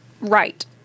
right